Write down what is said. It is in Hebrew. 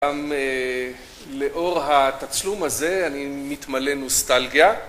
גם לאור התצלום הזה, אני מתמלא נוסטלגיה.